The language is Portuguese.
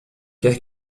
quer